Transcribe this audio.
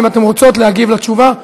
האם אתן רוצות להגיב על התשובה?